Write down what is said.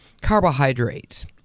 carbohydrates